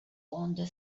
wander